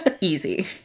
Easy